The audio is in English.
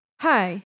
hi